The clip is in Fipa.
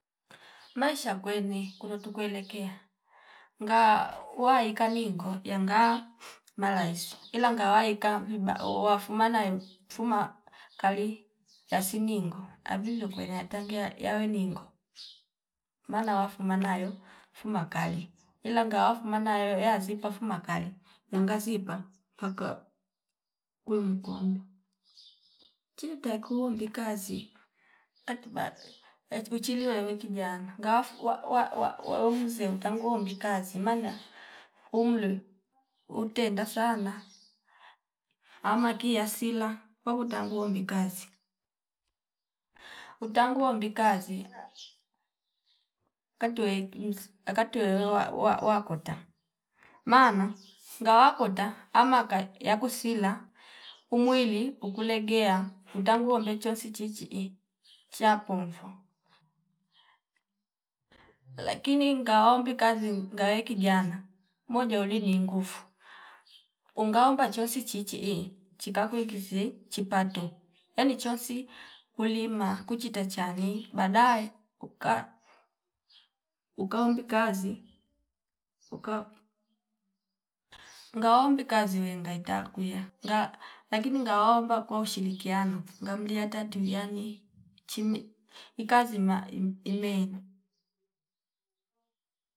Maisha kwerni kuru tukuelekea ngaa waika ningo yanga malahisi ila ngawaika vibao wafumana yo fuma kali yasimingo avivyo kuliya tangeya yawe ningo maana wafuma nayo fuma kali ila ngawa fuma nayoyo yazipa fuma kali yanga zipa paka wimkombi chiirta kumbi kazi katiba ya uchiliwe wewe kijana ngawafu wa- wa- wa- waweuze utangoombi kazi maana umlo utenda sana ama ki hasila pako utango wombi kazi. Utangu woombi kazi katuye msi akutuye wewe wa- wa- wakota maana ngawa kota amaka yakusila umwili uku legea utangu wombecho sichi chii chapona, lakini ngawombi kazi ngawei kijna mojo uliji inguvu ungaomba chonsi chichii chika kweingizie chipato yani chonsi kulima kuchita chani baadae uka- ukaombi kazi uka ngaombi kazi wengaita kuya nga lakini ngawaomba kwa ushirikiano ngamlia atatuya tiuyani chime ikazima im- imenyi